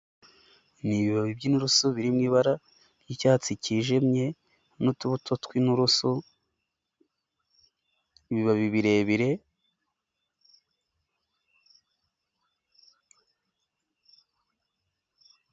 N'ibibabi by'inurusu biri mu ibara ry'icyatsi cyijimye n'utubuto tw'inurusu, ibibabi birebire...